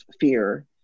fear